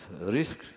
risk